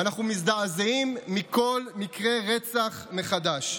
ואנחנו מזדעזעים מכל מקרה רצח מחדש.